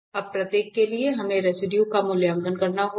अब प्रत्येक के लिए हमें रेसिडुए का मूल्यांकन करना होगा